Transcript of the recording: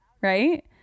right